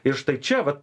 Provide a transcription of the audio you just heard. ir štai čia vat